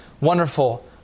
wonderful